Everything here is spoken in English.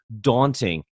daunting